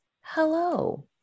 hello